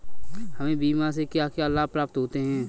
हमें बीमा से क्या क्या लाभ प्राप्त होते हैं?